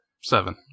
Seven